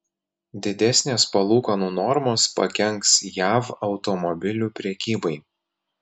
didesnės palūkanų normos pakenks jav automobilių prekybai